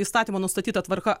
įstatymo nustatyta tvarka